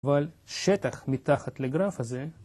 אבל שטח מתחת לגרף הזה.